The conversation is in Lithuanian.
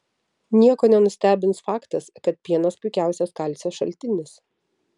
nieko nenustebins faktas kad pienas puikiausias kalcio šaltinis